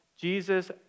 Jesus